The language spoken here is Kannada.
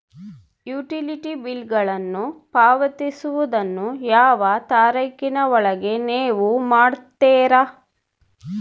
ಯುಟಿಲಿಟಿ ಬಿಲ್ಲುಗಳನ್ನು ಪಾವತಿಸುವದನ್ನು ಯಾವ ತಾರೇಖಿನ ಒಳಗೆ ನೇವು ಮಾಡುತ್ತೇರಾ?